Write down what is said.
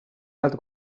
bat